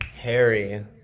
Harry